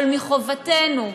אבל מחובתנו,